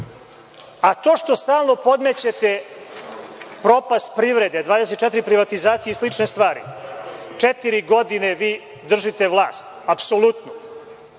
što stalno podmećete propast privrede, 24 privatizacije i slične stvar, četiri godine vi držite vlast apsolutnu,